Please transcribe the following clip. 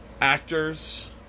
actors